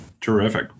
Terrific